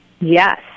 yes